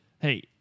Hey